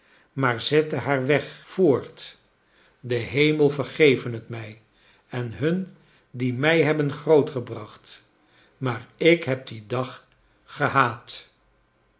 maar zette haar weg voort de hemel vergeve t mij en hun die mij hebben grootgebracht maar ik heb dien dag gehaat